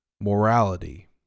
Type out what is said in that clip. morality